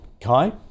Kai